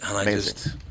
Amazing